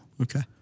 Okay